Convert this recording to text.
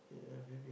yeah very weird